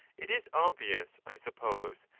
it is obvious, i suppose,